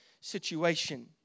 situation